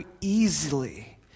easily